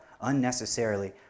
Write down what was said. unnecessarily